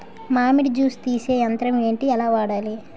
మామిడి జూస్ తీసే యంత్రం ఏంటి? ఎలా వాడాలి?